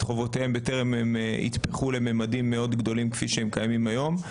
חובותיהם בטרם הם יתפחו לממדים גדולים מאוד כפי שקורה היום.